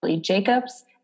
jacobs